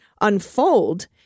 unfold